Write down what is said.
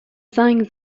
زنگ